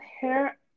hair